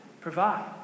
provide